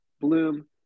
bloom